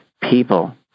people